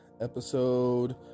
episode